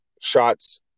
shots